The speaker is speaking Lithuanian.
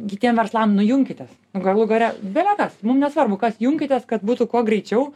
kitiem verslam nu junkitės galų gale belekas mum nesvarbu kas junkitės kad būtų kuo greičiau